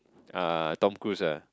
uh Tom-Cruise ah